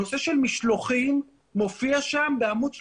הנושא של משלוחים מופיע שם בעמוד 36,